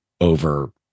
over